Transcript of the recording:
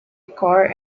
core